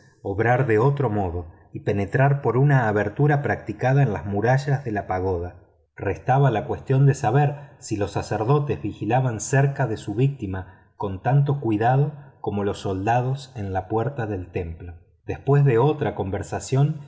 obrar de otro modo y penetrar por una abertura practicada en las murallas de la pagoda restaba la cuestión de saber si los sacerdotes vigilaban cerca de su víctima con tanto cuidado como los soldados en la puerta del templo después de otra conversación